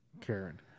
Karen